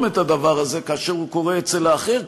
את הדבר הזה כאשר הוא קורה אצל האחר,